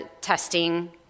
testing